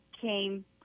came